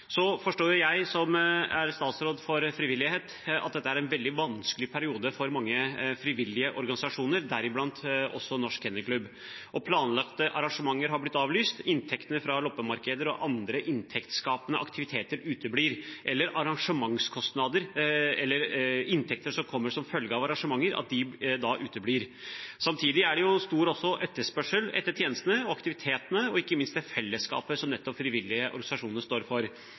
forstår, som statsråd for frivilligheten, at dette er en veldig vanskelig periode for mange frivillige organisasjoner, deriblant Norsk Kennel Klub. Planlagte arrangementer er blitt avlyst, inntektene fra loppemarkeder og andre inntektsskapende aktiviteter uteblir, inntekter som kommer som følge av arrangementer, uteblir. Samtidig er det stor etterspørsel etter tjenestene, aktivitetene og ikke minst det fellesskapet som frivillige organisasjoner står for.